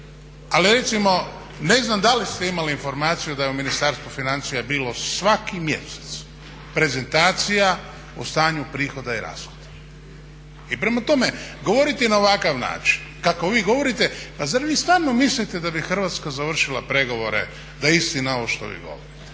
ali recimo ne znam da li ste imali informaciju da je u Ministarstvu financija bilo svaki mjesec prezentacija o stanju prihoda i rashoda? I prema tome, govoriti na ovakav način kako vi govorite pa zar vi stvarno mislite da bi Hrvatska završila pregovore da je istina ovo što vi govorite?